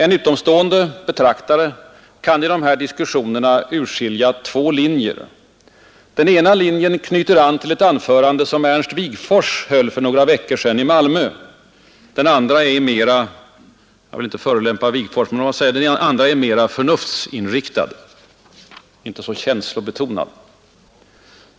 En utomstående betraktare kan i diskussionerna urskilja två linjer. Den ena linjen knyter an till ett anförande, som Ernst Wigforss höll för några veckor sedan i Malmö. Den andra är — utan att förolämpa herr Wigforss — mera förnuftsinriktad, inte så känslobetonad.